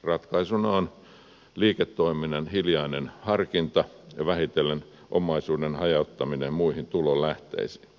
ratkaisuna on liiketoiminnan hiljainen harkinta ja vähitellen omaisuuden hajauttaminen muihin tulonlähteisiin